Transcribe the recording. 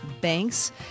banks